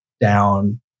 down